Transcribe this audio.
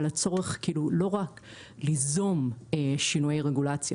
על הצורך לא רק ליזום שינויי רגולציה,